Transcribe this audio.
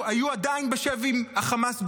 היו עדיין בשבי החמאס בעזה,